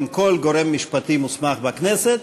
עם כל גורם משפטי מוסמך בכנסת,